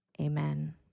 Amen